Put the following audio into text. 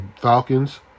Falcons